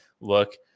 look